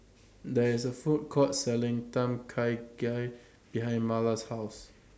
There IS A Food Court Selling Tom Kha Gai behind Marla's House